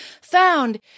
found